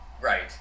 Right